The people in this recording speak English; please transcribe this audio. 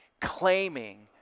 claiming